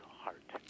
heart